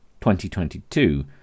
2022